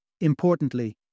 Importantly